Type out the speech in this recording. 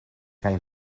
kaj